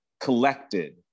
collected